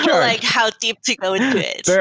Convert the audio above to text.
like how deep to go into it. yeah